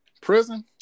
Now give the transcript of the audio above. Prison